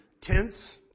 tents